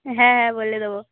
হ্যাঁ হ্যাঁ বলে দেবো